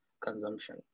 consumption